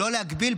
לא להגביל,